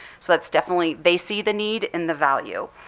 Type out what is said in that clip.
so that's definitely, they see the need and the value.